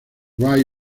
ray